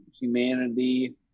humanity